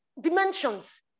dimensions